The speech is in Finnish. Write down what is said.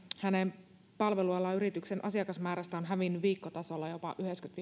hänen palvelualan yrityksensä asiakasmäärästä on hävinnyt viikkotasolla jopa